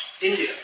India